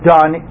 done